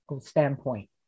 standpoint